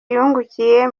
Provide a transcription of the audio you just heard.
yungukiye